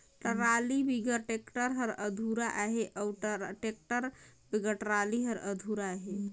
trolley बिगर tractor हर अधुरा अहे अउ टेक्टर बिगर टराली हर अधुरा अहे